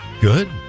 Good